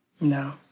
No